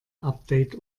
update